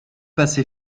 passé